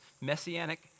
messianic